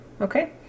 Okay